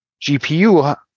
GPU